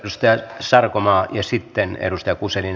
lystiä ja sarkomaa ja sitten edustaa useiden